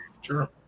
Sure